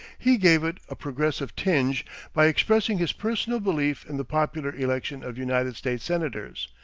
he gave it a progressive tinge by expressing his personal belief in the popular election of united states senators,